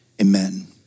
amen